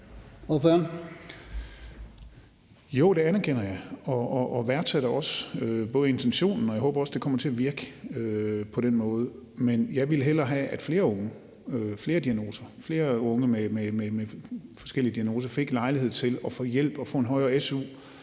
Jo, det anerkender jeg, og jeg værdsætter også intentionen. Og jeg håber også, at det kommer til at virke på den måde. Men jeg ville hellere have, at flere unge med forskellige diagnoser fik lejlighed til at få hjælp og få en højere su